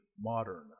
modern